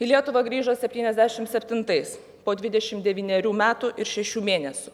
į lietuvą grįžo septyniasdešim septintais po dvidešim devynerių metų ir šešių mėnesių